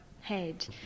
head